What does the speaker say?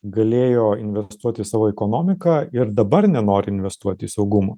galėjo investuot į savo ekonomiką ir dabar nenori investuoti į saugumą